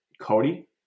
Cody